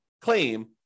claim